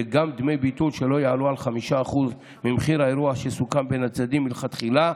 וגם דמי ביטול שלא יעלו על 5% ממחיר האירוע שסוכם בין הצדדים מלכתחילה,